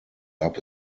gab